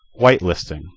whitelisting